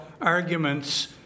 arguments